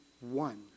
one